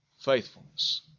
faithfulness